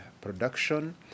production